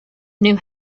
knew